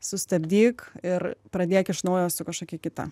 sustabdyk ir pradėk iš naujo su kažkokia kita